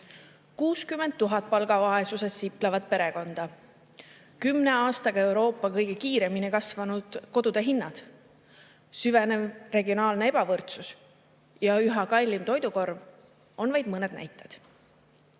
60 000 palgavaesuses siplevat perekonda, kümne aastaga Euroopas kõige kiiremini kasvanud kodude hinnad, süvenev regionaalne ebavõrdsus ja üha kallim toidukorv on vaid mõned näited.